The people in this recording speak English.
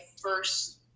first